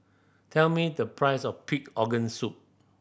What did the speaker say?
tell me the price of pig organ soup